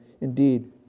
indeed